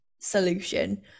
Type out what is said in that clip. solution